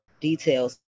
details